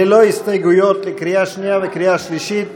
ללא הסתייגויות, לקריאה שנייה ולקריאה שלישית.